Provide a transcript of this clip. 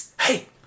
Hey